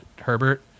Herbert